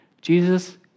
Jesus